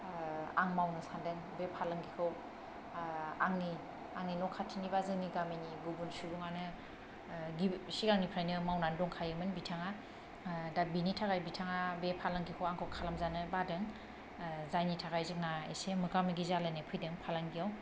आं मावनो सानदों बे फालांगिखौ आंनि आंनि न खाथिनि बा जोंनि गामिनि गुबुन सुबुङानो गिबि सिगांनिफ्रायनो मावनानै दंखायोमोन बिथाङा दा बिनि थाखाय बिथाङा बे फालांगिखौ आंखौ खालामजानो बादों जायनि थाखाय जोंना इसे मोगा मोगि जालायनाय फैदों फालांगियाव